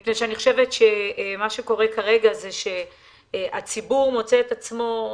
מפני שאני חושבת שמה שקורה כרגע זה שהציבור מוצא את עצמו,